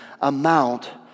amount